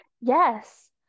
Yes